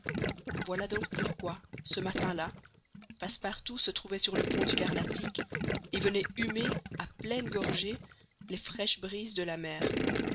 voilà donc pourquoi ce matin-là passepartout se trouvait sur le pont du carnatic et venait humer à pleine gorgées les fraîches brises de la mer